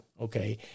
Okay